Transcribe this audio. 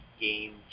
game